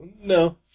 No